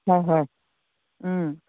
হয় হয়